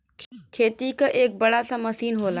खेती क एक बड़ा सा मसीन होला